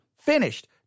finished